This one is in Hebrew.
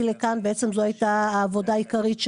לכאן זו הייתה העבודה העיקרית שלי,